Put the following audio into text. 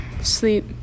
sleep